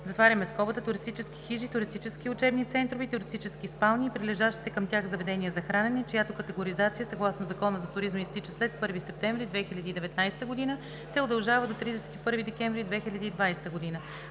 настаняване), туристически хижи, туристически учебни центрове и туристически спални и прилежащите към тях заведения за хранене, чиято категоризация съгласно Закона за туризма изтича след 1 септември 2019 г., се удължава до 31 декември 2020 г.